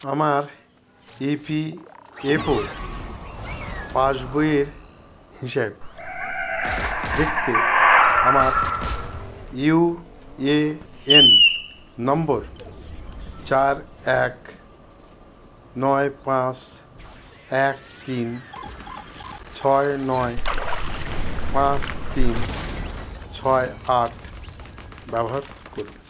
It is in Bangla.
আমার ইপিএফও পাসবইয়ের হিসেব দেখতে আমার ইউএএন নম্বর চার এক নয় পাঁচ এক তিন ছয় নয় পাঁচ তিন ছয় আট ব্যবহার করুন